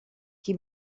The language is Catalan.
qui